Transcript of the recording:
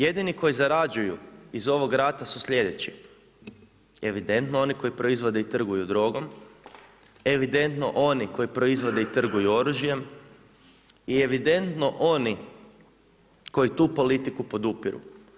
Jedini koji zarađuju iz ovoga rata su slijedeći, evidentno oni koji proizvode i trguju drogom, evidentno oni koji proizvode i trguju oružjem i evidentno oni koji tu politiku podupiru.